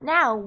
Now